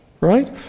Right